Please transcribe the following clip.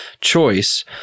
choice